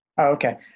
Okay